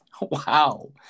Wow